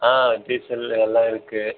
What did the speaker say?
ஆ diesel எல்லாம் இருக்கு